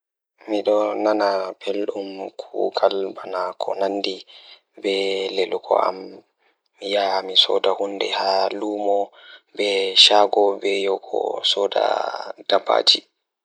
So tawii miɗo waɗa njam ngal, miɗo waawi njiddaade fiyaangu ngal sabu mi waawataa jokkondirde fiyaangu e hoore ngal. Miɗo waawataa njiddaade fiyaangu ko njamaaji ngal.